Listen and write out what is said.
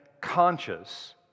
conscious